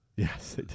Yes